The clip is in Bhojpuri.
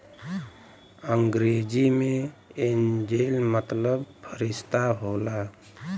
अंग्रेजी मे एंजेल मतलब फ़रिश्ता होला